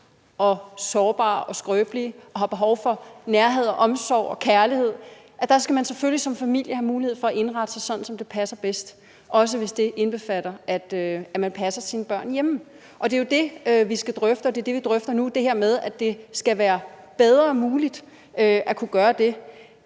og sårbare og skrøbelige og har behov for nærhed og omsorg og kærlighed, skal have mulighed for at indrette sig sådan, som det passer bedst, også hvis det indbefatter, at man passer sine børn hjemme. Det er jo det, vi skal drøfte, og det er det, vi drøfter nu: at der skal være bedre mulighed for at kunne gøre det.